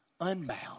unbound